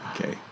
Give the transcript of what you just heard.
Okay